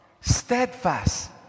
steadfast